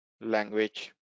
language